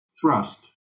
thrust